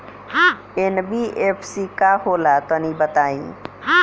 NBFC का होला तनि बताई?